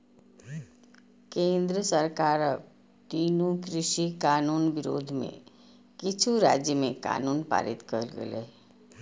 केंद्र सरकारक तीनू कृषि कानून विरोध मे किछु राज्य मे कानून पारित कैल गेलै